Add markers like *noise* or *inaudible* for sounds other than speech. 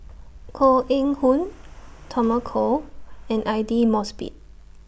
Koh Eng Hoon *noise* Tommy Koh and Aidli Mosbit